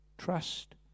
Trust